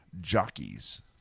jockeys